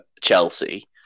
Chelsea